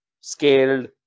scaled